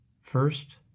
First